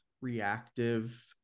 reactive